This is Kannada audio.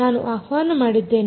ನಾನು ಆಹ್ವಾನ ಮಾಡಿದ್ದೇನೆ